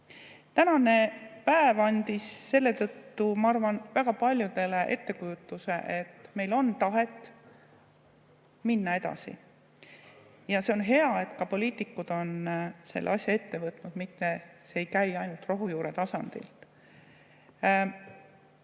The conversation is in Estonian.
Tänane päev andis, ma arvan, väga paljudele ettekujutuse, et meil on tahet minna edasi. Ja see on hea, et ka poliitikud on selle asja ette võtnud, mitte see ei käi ainult rohujuure tasandilt.